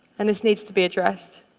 and this needs to be addressed.